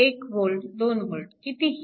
1V 2V कितीही